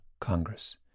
Congress